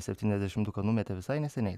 septyniasdešimtuką numetė visai neseniai